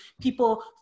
people